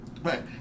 right